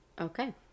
Okay